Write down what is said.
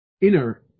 inner